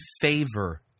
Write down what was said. favor